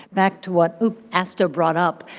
back to what astho brought up,